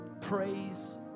praise